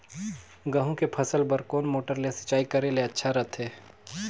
गहूं के फसल बार कोन मोटर ले सिंचाई करे ले अच्छा रथे?